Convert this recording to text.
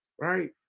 right